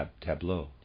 tableau